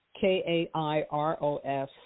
K-A-I-R-O-S